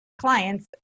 clients